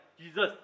Jesus